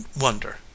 wonder